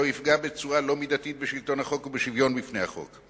שלא יפגע בצורה לא מידתית בשלטון החוק ובשוויון בפני החוק.